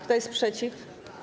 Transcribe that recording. Kto jest przeciw?